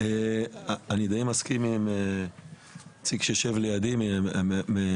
אני דיי מסכים עם הנציג שיושב לידי מאיגוד